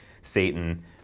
Satan